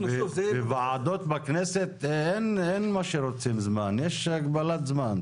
בוועדות בכנסת אין זמן כמה שרוצים, יש הגבלת זמן.